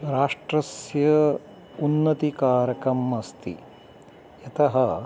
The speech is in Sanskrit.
राष्ट्रस्य उन्नतिकारकम् अस्ति यतः